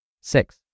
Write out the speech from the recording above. Six